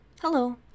Hello